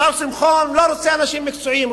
השר שמחון לא רוצה אנשים מקצועיים,